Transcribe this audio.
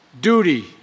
Duty